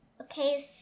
Okay